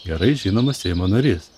gerai žinomas seimo narys